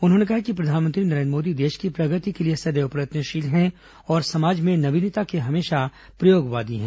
उन्होंने कहा प्रतिपक्ष कि प्रधानमंत्री नरेन्द्र मोदी देश की प्रगति के लिए सदैव प्रयत्नशील हैं और समाज में नवीनता के हमेशा प्रयोगवादी हैं